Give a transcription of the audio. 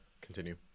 Continue